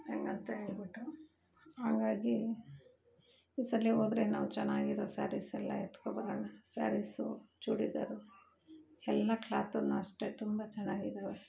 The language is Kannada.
ಹಂಗಂತ ಹೇಳ್ಬಿಟ್ರು ಹಂಗಾಗಿ ಈ ಸಲ ಹೋದ್ರೆ ನಾವು ಚೆನ್ನಾಗಿರೊ ಸ್ಯಾರಿಸೆಲ್ಲ ಎತ್ಕೊಬರೋಣ ಸ್ಯಾರೀಸು ಚೂಡಿದಾರು ಎಲ್ಲ ಕ್ಲಾತನು ಅಷ್ಟೆ ತುಂಬ ಚೆನ್ನಾಗಿದಾವೆ